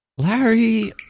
Larry